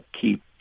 keep